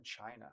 China